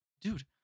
Dude